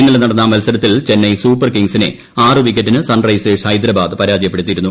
ഇന്നലെ നടന്ന മത്സരത്തിൽ ചെന്നൈ സൂപ്പർ കിങ്സിക്ക് ആറുവിക്കറ്റിന് സൺറൈസേഴ്സ് ഐഫദ്രാബാദ് പരാജയപ്പെടുത്തിയിരുന്നു